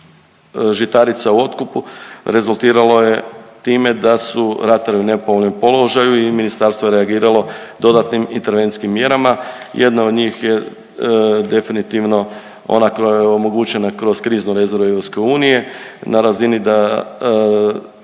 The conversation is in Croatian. žitarica u otkupu rezultiralo je time da su ratari u nepovoljnom položaju i Ministarstvo je reagiralo dodatnih intervencijskim mjerama. Jedna od njih je definitivno ona koja je omogućena kroz kriznu rezervu EU na razini da